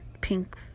pink